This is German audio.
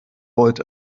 volt